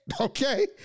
Okay